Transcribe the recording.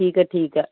ਠੀਕ ਆ ਠੀਕ ਆ